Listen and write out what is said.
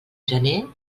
gener